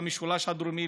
במשולש הדרומי,